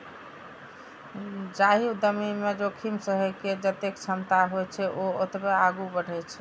जाहि उद्यमी मे जोखिम सहै के जतेक क्षमता होइ छै, ओ ओतबे आगू बढ़ै छै